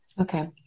Okay